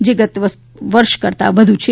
જે ગત વર્ષ કરતાં વધુ છે